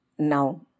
Now